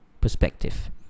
perspective